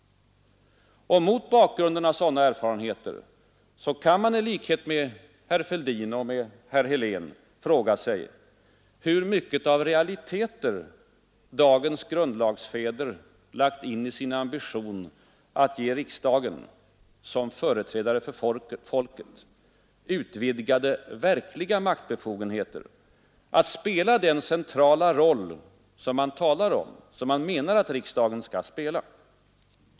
Mot bakgrunden av sådana erfarenheter kan man i likhet med herr Fälldin och herr Helén fråga sig hur mycket av realiteter dagens grundlagsfäder lagt in i sin ambition att ge riksdagen — som företrädare för folket — utvidgade, verkliga maktbefogenheter att spela den centrala roll som man menar att riksdagen skall spela.